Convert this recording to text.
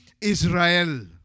Israel